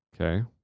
Okay